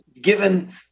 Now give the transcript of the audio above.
given